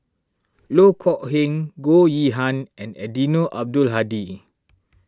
Loh Kok Heng Goh Yihan and Eddino Abdul Hadi